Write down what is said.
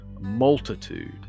multitude